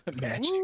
Magic